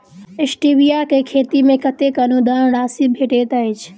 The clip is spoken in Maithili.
स्टीबिया केँ खेती मे कतेक अनुदान राशि भेटैत अछि?